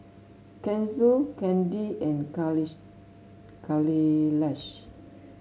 Kanshi Chandi and Kailash